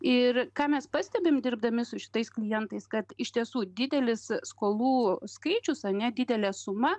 ir ką mes pastebim dirbdami su kitais klientais kad iš tiesų didelis skolų skaičius ane didelė suma